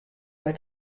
wer